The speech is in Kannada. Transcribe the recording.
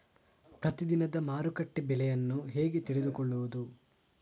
ಪ್ರತಿದಿನದ ಮಾರುಕಟ್ಟೆ ಬೆಲೆಯನ್ನು ಹೇಗೆ ತಿಳಿದುಕೊಳ್ಳುವುದು?